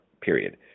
period